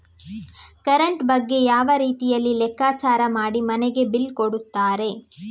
Current ಬಗ್ಗೆ ಯಾವ ರೀತಿಯಲ್ಲಿ ಲೆಕ್ಕಚಾರ ಮಾಡಿ ಮನೆಗೆ ಬಿಲ್ ಕೊಡುತ್ತಾರೆ?